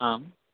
आम्